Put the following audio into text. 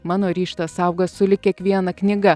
mano ryžtas auga sulig kiekviena knyga